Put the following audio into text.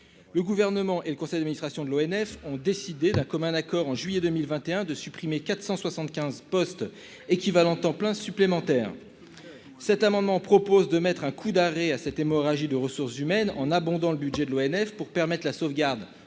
Le Gouvernement et le conseil d'administration de l'ONF ont décidé, d'un commun accord, en juillet 2021, de supprimer 475 postes équivalents temps plein supplémentaires. Ces amendements tendent à mettre un coup d'arrêt à cette hémorragie de ressources humaines, en abondant le budget de l'ONF, afin de sauvegarder